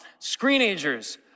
Screenagers